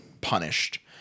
punished